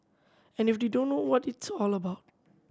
and if they don't know what it's all about